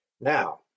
Now